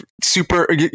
super